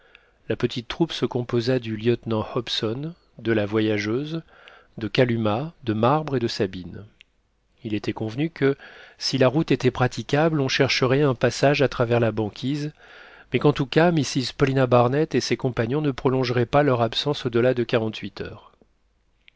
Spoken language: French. la petite troupe se composa du lieutenant hobson de la voyageuse de kalumah de marbre et de sabine il était convenu que si la route était praticable on chercherait un passage à travers la banquise mais qu'en tout cas mrs paulina barnett et ses compagnons ne prolongeraient pas leur absence au-delà de quarante-huit heures